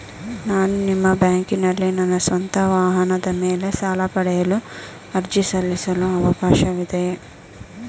ನಾನು ನಿಮ್ಮ ಬ್ಯಾಂಕಿನಲ್ಲಿ ನನ್ನ ಸ್ವಂತ ವಾಹನದ ಮೇಲೆ ಸಾಲ ಪಡೆಯಲು ಅರ್ಜಿ ಸಲ್ಲಿಸಲು ಅವಕಾಶವಿದೆಯೇ?